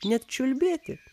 net čiulbėti